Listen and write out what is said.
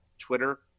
Twitter